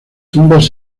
tumbas